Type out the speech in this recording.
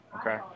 Okay